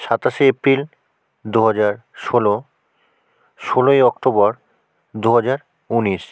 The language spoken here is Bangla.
সাতাশে এপ্রিল দুহাজার ষোলো ষোলোই অক্টোবর দুহাজার উনিশ